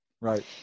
Right